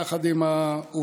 יחד עם העובדה